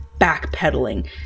backpedaling